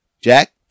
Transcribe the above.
Jack